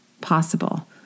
possible